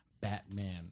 Batman